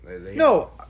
No